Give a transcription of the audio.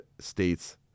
states